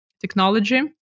technology